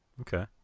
Okay